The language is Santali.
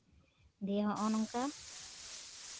ᱫᱤᱭᱮ ᱦᱚᱸᱜᱼᱚ ᱱᱚᱝᱠᱟ